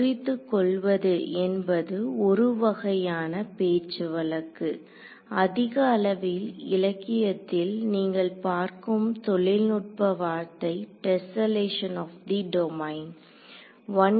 முறித்துக் கொள்வது என்பது ஒரு வகையான பேச்சு வழக்கு அதிக அளவில் இலக்கியத்தில் நீங்கள் பார்க்கும் தொழில் நுட்ப வார்த்தைடெஸ்ஸெலேக்ஷன்ஆப் தி டொமைன்